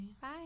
Bye